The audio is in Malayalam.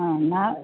ആ എന്നാല്